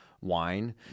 wine